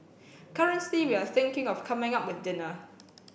currently we are thinking of coming up with dinner